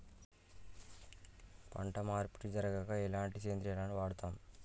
పంట మార్పిడి జరిగాక ఎలాంటి సేంద్రియాలను వాడుతం?